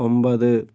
ഒൻപത്